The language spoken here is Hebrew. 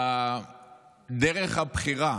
דרך הבחירה